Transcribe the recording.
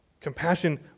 Compassion